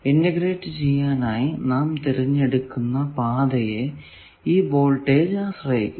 integrate ചെയ്യാനായി നാം തിരഞ്ഞെടുക്കുന്ന പാതയെ ഈ വോൾടേജ് ആശ്രയിക്കുന്നു